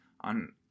on